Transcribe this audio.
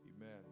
Amen